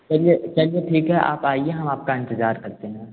चलिए चलिए ठीक है आप आइए हम आपका इंतज़ार करते हैं